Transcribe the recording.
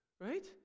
Right